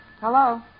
Hello